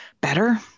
better